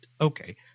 Okay